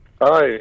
Hi